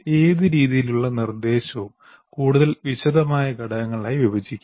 ഏത് രീതിയിലുള്ള നിർദ്ദേശവും കൂടുതൽ വിശദമായ ഘടകങ്ങളായി വിഭജിക്കാം